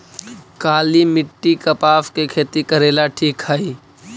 काली मिट्टी, कपास के खेती करेला ठिक हइ?